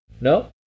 no